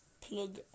Plug